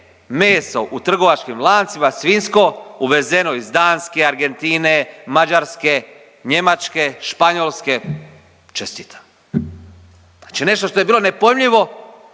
meso u trgovačkim lancima svinjsko uvezeno iz Danske, Argentine, Mađarske, Njemačke, Španjolske. Čestitam! Znači nešto što je bilo nepojmljivo